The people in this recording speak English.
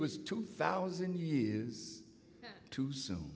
was two thousand years too so